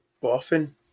often